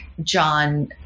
John